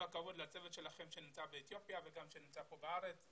הכבוד לצוות שלכם שנמצא באתיופיה וגם שנמצא פה בארץ.